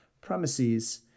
premises